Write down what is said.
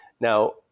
Now